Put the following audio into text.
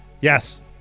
Yes